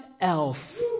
else